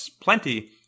plenty